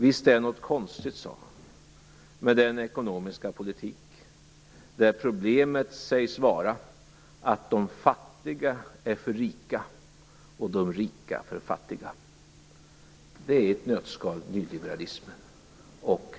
Visst är det något konstigt, sade han, med den ekonomiska politik där problemet sägs vara att de fattiga är för rika och de rika för fattiga. Det är nyliberalismen och strukturreformerna i ett nötskal.